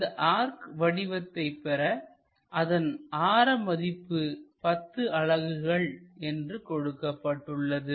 இந்த ஆர்க் வடிவத்தைப் பெற அதன் ஆர மதிப்பு 10 அலகுகள் என்று கொடுக்கப்பட்டுள்ளது